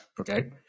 Okay